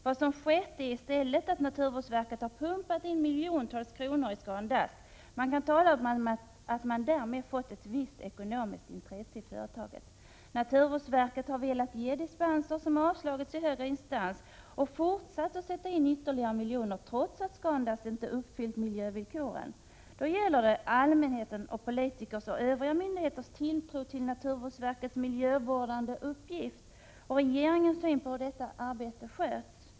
Vad som skett är att naturvårdsverket har pumpat in miljontals kronor i ScanDust och därmed fått ett visst ekonomiskt intresse i företaget. Naturvårdsverket har velat ge dispenser, som avslagits i högre instans, och har fortsatt att sätta in ytterligare miljoner, trots att Scan Dust inte uppfyllt miljövillkoren. Nu gäller det allmänhetens, politikers och övriga myndigheters tilltro till naturvårdsverkets miljövårdande uppgift och regeringens syn på hur detta arbete sköts.